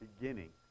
beginning